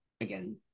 again